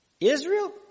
Israel